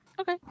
Okay